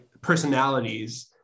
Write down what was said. personalities